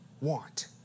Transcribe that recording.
want